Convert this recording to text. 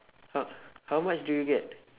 how how much do you get